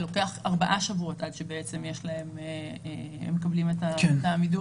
הרי לוקח ארבעה שבועות עד שבעצם הם מקבלים את העמידות